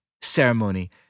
ceremony